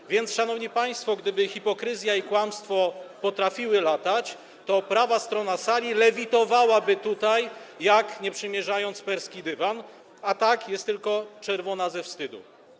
Tak więc szanowni państwo, gdyby hipokryzja i kłamstwo potrafiły latać, to prawa strona sali lewitowałaby, latałaby jak, nie przymierzając, perski dywan, a tak jest tylko czerwona ze wstydu.